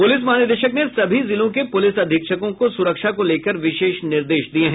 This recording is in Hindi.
प्रलिस महानिदेशक ने सभी जिलों के प्रलिस अधीक्षकों को सुरक्षा को लेकर विशेष निर्देश दिये हैं